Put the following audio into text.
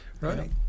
Right